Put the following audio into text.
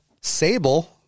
Sable